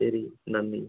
ശരി നന്ദി